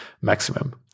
maximum